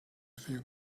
few